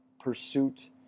pursuit